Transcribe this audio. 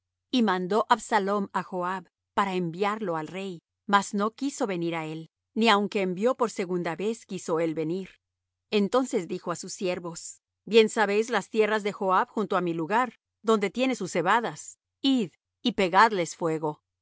y mandó absalom por joab para enviarlo al rey mas no quiso venir á él ni aunque envió por segunda vez quiso él venir entonces dijo á sus siervos bien sabéis las tierras de joab junto á mi lugar donde tiene sus cebadas id y pegadles fuego